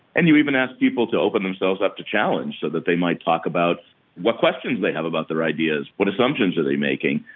and you even ask people to open themselves up to challenge so that they might talk about what questions they have about their ideas, what assumptions are they making.